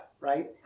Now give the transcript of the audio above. Right